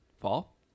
Fall